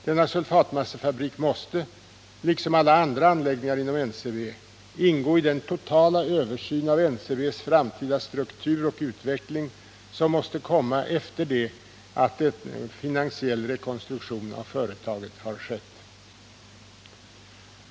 Denna sulfatmassefabrik måste, liksom alla andra anläggningar inom NCB, ingå i den totala översyn av NCB:s framtida struktur och utveckling som måste komma efter det att en finansiell rekonstruktion av företaget har skett.